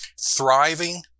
thriving